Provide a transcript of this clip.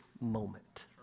moment